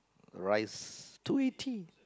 rice two eighty